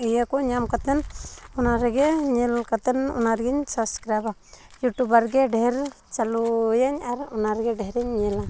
ᱤᱭᱟᱹ ᱠᱚ ᱧᱟᱢ ᱠᱟᱛᱮᱱ ᱚᱱᱟᱨᱮᱜᱮ ᱧᱮᱞ ᱠᱟᱛᱮᱱ ᱚᱱᱟᱨᱮᱜᱮᱧ ᱥᱟᱵᱥᱠᱨᱟᱭᱤᱵᱟ ᱤᱭᱩᱴᱵᱟᱨ ᱜᱮ ᱰᱷᱮᱨ ᱪᱟᱞᱩᱭᱟᱹᱧ ᱟᱨ ᱚᱱᱟᱜᱮ ᱫᱷᱮᱨᱤᱧ ᱧᱮᱞᱟ